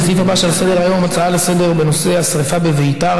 לסעיף הבא שעל סדר-היום: הצעה לסדר-היום בנושא השרפה בביתר,